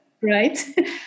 Right